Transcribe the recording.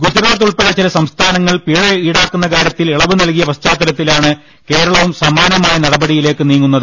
ഗുജറാത്ത് ഉൾപ്പെടെ ചില സംസ്ഥാനങ്ങൾ പിഴ ഈടാക്കുന്ന കാര്യത്തിൽ ഇളവ് നൽകിയ പശ്ചാത്തലത്തിലാണ് കേരളവും സമാനമായ നടപടിയിലേക്ക് നീങ്ങുന്നത്